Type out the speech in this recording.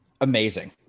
amazing